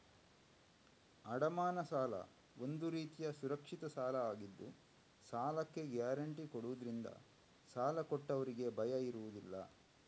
ಅಡಮಾನ ಸಾಲ ಒಂದು ರೀತಿಯ ಸುರಕ್ಷಿತ ಸಾಲ ಆಗಿದ್ದು ಸಾಲಕ್ಕೆ ಗ್ಯಾರಂಟಿ ಕೊಡುದ್ರಿಂದ ಸಾಲ ಕೊಟ್ಟವ್ರಿಗೆ ಭಯ ಇರುದಿಲ್ಲ